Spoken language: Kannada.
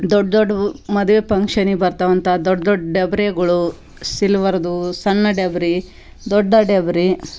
ದೊಡ್ಡ ದೊಡ್ಡವ್ ಮದುವೆ ಫಂಕ್ಷನಿಗ್ ಬರ್ತಾವೆ ಅಂತ ದೊಡ್ಡ ದೊಡ್ಡ ಡಬರಿಗಳು ಸಿಲ್ವಾರ್ದು ಸಣ್ಣ ಡಬರಿ ದೊಡ್ಡ ಡಬರಿ